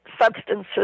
substances